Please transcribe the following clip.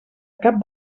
cap